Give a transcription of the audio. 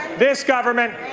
this government,